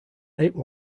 ape